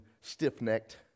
stiff-necked